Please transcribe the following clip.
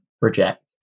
reject